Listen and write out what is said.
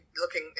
looking